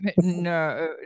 No